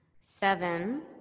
seven